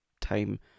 time